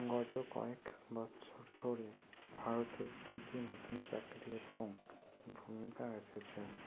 গত কয়েক বছর ধরে ভারতে কী কী নতুন চাকরি এবং ভূমিকা এসেছে